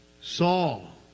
Saul